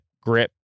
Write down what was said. grip